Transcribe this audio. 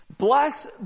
Bless